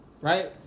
right